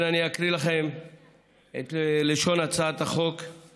גם הסייעת שמאושרת מאושרת לכמה שעות בלבד ורק עד לכיתה ב',